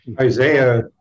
Isaiah